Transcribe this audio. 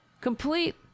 complete